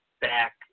back